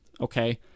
okay